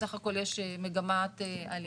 בסך הכל יש מגמת עליה.